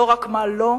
לא רק מה לא,